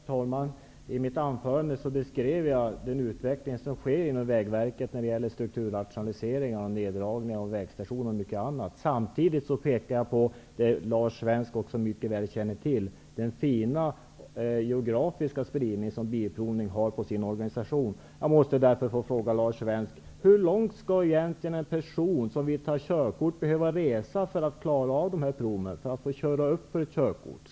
Herr talman! I mitt anförande beskrev jag den utveckling som sker inom Vägverket när det gäller strukturrationaliseringar, indragning av vägstationer och mycket annat. Samtidigt pekade jag på det som Lars Svensk mycket väl känner till, den fina geografiska spridning som Svensk Jag måste få fråga Lars Svensk: Hur långt skall egentligen en person som vill ta körkort behöva resa för att få köra upp för körkort?